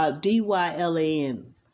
D-Y-L-A-N